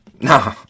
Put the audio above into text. No